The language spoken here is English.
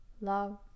love